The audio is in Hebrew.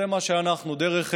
זה מה שאנחנו, דרך ארץ.